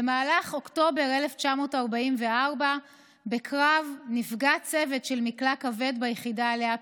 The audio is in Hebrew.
במהלך קרב באוקטובר 1944 נפגע צוות של מקלע כבד ביחידה שעליה פיקד.